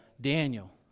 Daniel